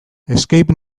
escape